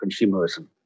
consumerism